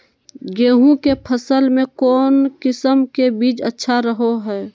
गेहूँ के फसल में कौन किसम के बीज अच्छा रहो हय?